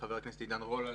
חבר הכנסת עידן רול,